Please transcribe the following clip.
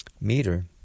meter